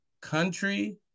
Country